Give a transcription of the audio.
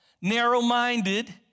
narrow-minded